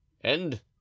And